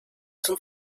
zum